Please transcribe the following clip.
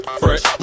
fresh